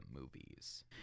movies